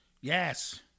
Yes